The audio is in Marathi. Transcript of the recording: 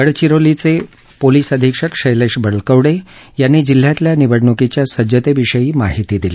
गडचिरोलीचे पोलीस अधिक्षक शैलेश बलकवडे यांनी जिल्ह्यातल्या निवडणुकीच्या सज्जतेविषयी माहिती दिली